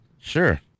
sure